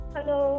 Hello